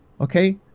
Okay